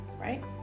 right